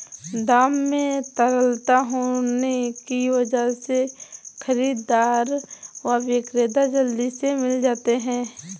दाम में तरलता होने की वजह से खरीददार व विक्रेता जल्दी से मिल जाते है